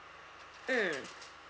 mm